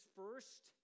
first